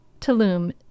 Tulum